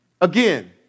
Again